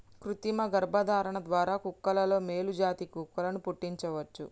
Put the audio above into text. కృతిమ గర్భధారణ ద్వారా కుక్కలలో మేలు జాతి కుక్కలను పుట్టించవచ్చు